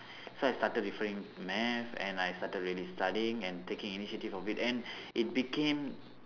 so I started referring math and I started really studying and taking initiative of it and it became